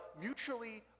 mutually